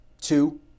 two